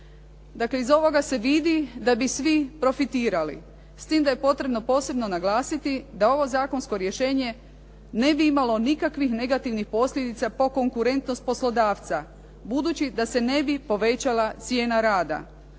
Dakle, iz ovoga se vidi da bi svi profitirali, s tim da je potrebno posebno naglasiti da ovo zakonsko rješenje ne bi imalo nikakvih negativnih posljedica po konkurentnost poslodavca, budući da se ne bi povećala cijena rada